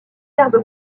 verbe